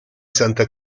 santa